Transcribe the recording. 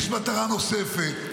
יש מטרה נוספת: